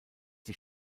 die